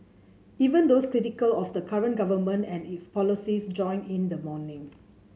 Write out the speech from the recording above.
even those critical of the current government and its policies joined in the mourning